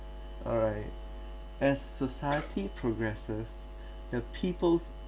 alright as society progresses the people